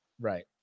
Right